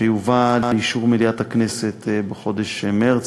שיובא לאישור מליאת הכנסת בחודש מרס,